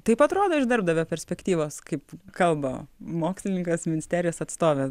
taip atrodo iš darbdavio perspektyvos kaip kalba mokslininkas ministerijos atstovė